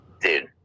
Dude